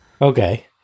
Okay